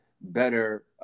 better